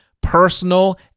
personal